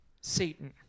Satan